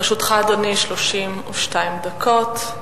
לרשותך, אדוני, 32 דקות.